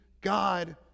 God